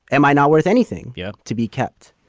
am i not worth anything? yeah to be kept?